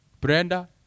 Brenda